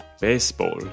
Baseball